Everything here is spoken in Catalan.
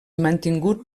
mantingut